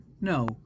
No